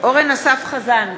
אורן אסף חזן,